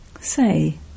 Say